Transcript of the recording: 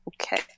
Okay